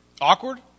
awkward